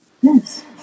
Yes